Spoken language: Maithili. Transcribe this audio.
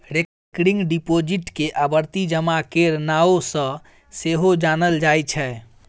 रेकरिंग डिपोजिट केँ आवर्ती जमा केर नाओ सँ सेहो जानल जाइ छै